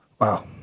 Wow